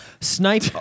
Snipe